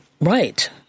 right